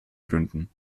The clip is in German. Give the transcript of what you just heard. gründen